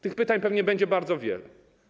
Tych pytań pewnie będzie bardzo wiele.